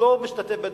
לא משתתף בדיונים,